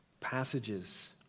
passages